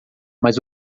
mas